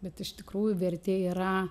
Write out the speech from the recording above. bet iš tikrųjų vertė yra